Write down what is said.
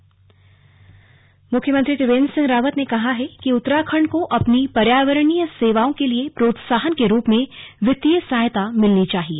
slug NITI Aayog बैठक मुख्यमंत्री त्रिवेन्द्र सिंह रावत ने कहा है कि उत्तराखण्ड को अपनी पर्यावरणीय सेवाओं के लिए प्रोत्साहन के रूप में वित्तीय सहायता मिलनी चाहिए